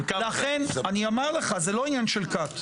זה לא עניין של קאט,